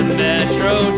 metro